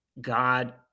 god